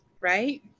right